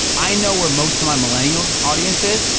i know where most of my millennial audience is,